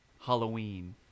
Halloween